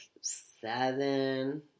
seven